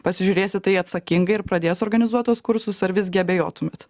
pasižiūrės į tai atsakingai ir pradės suorganizuot tuos kursus ar visgi abejotumėt